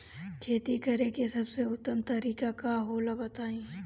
खेती करे के सबसे उत्तम तरीका का होला बताई?